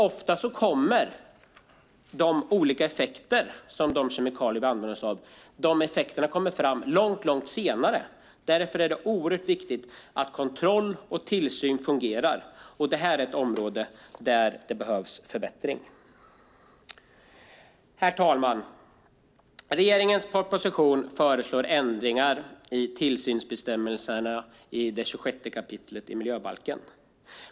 Ofta märks effekterna av kemikalier först långt senare. Därför är det viktigt att kontroll och tillsyn fungerar. Detta är ett område där det behövs förbättring. Herr talman! Regeringens proposition föreslår ändringar i tillsynsbestämmelserna i 26 kap. miljöbalken.